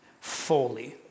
fully